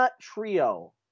Trio